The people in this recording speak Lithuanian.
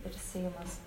ir seimas